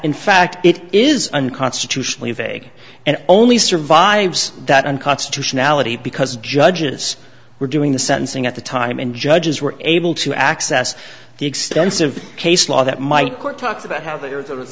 in fact it is unconstitutionally vague and only survives that and constitutionality because judges as we're doing the sentencing at the time and judges were able to access the extensive case law that might court talks about how they